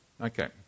Okay